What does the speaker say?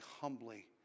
humbly